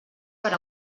per